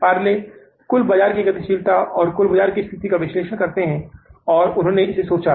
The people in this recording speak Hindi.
पार्ले कुल बाजार की गतिशीलता और कुल बाजार की स्थिति का विश्लेषण करते हैं और उन्होंने इसे सोचा